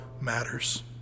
matters